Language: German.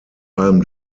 allem